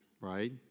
right